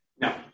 No